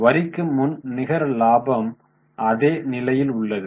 வரிக்கு முன் நிகர லாபம் அதே நிலையில் உள்ளது